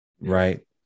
right